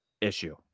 issue